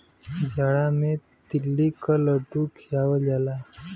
जाड़ा मे तिल्ली क लड्डू खियावल जाला